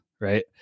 right